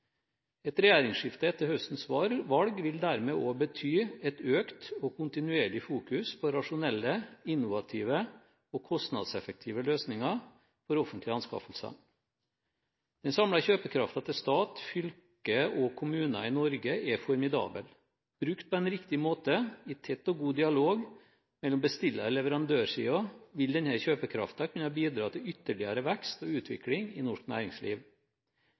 Et regjeringsskifte etter høstens valg vil dermed også bety et økt og kontinuerlig fokus på rasjonelle innovative og kostnadseffektive løsninger for offentlige anskaffelser. Den samlede kjøpekraften til stat, fylker og kommuner i Norge er formidabel. Brukt på en riktig måte – i tett og god dialog – mellom bestillere på leverandørsiden vil denne kjøpekraften kunne bidra til ytterligere vekst og utvikling i norsk næringsliv.